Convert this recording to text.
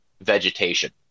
vegetation